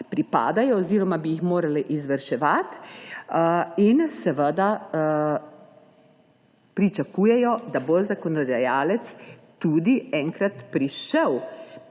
pripadajo oziroma bi jih morale izvrševati. Seveda pričakujejo, da bo zakonodajalec tudi enkrat prišel